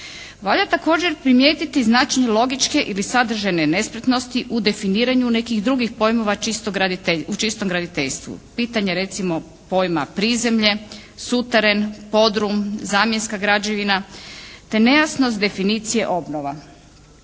Valja također primijetiti značenje logičke ili sadržajne nespretnosti u definiranju nekih drugih pojmova u čistom graditeljstvu, pitanje recimo pojma prizemlje, suteren, podrum, zamjenska građevina te nejasnost definicije obnova.